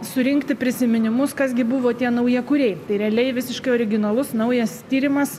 surinkti prisiminimus kas gi buvo tie naujakuriai tai realiai visiškai originalus naujas tyrimas